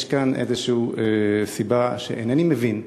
יש כאן איזושהי סיבה שאיני מבין,